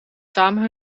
samen